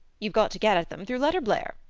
you've got to get at them through letterblair.